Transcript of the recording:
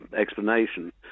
explanation